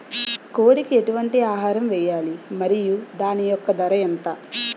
కోడి కి ఎటువంటి ఆహారం వేయాలి? మరియు దాని యెక్క ధర ఎంత?